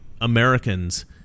Americans